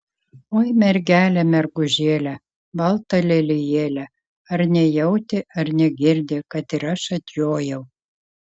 oi mergele mergužėle balta lelijėle ar nejauti ar negirdi kad ir aš atjojau